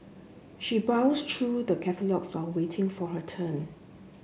she browsed through the catalogues while waiting for her turn